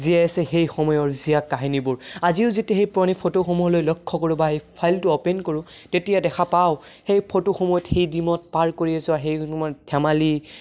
জীয়াই আছে সেই সময়ৰ জীয়া কাহিনীবোৰ আজিও যেতিয়া সেই পুৰণি ফটোসমূহলৈ লক্ষ্য কৰোঁ বা সেই ফাইলটো অ'পেন কৰোঁ তেতিয়া দেখা পাওঁ সেই ফটোসমূহত সেই দিনত পাৰ কৰি যোৱা সেই সময়ত ধেমালি